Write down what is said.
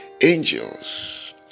angels